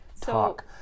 talk